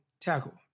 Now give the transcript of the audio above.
tackle